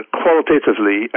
qualitatively